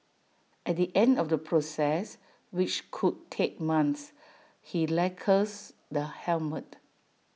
at the end of the process which could take months he lacquers the helmet